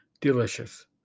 Delicious